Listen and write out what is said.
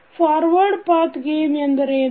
forward path gain ಎಂದರೇನು